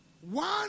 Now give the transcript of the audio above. One